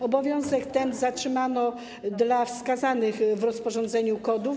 Obowiązek ten utrzymano dla wskazanych w rozporządzeniu kodów.